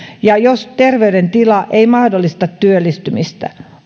tai terveydentila ei mahdollista työllistymistä